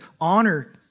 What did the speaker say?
honor